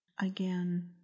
again